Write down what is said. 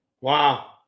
Wow